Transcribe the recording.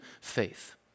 faith